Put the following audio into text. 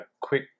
quick